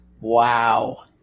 Wow